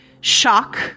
shock